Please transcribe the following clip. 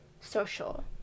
social